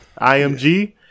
IMG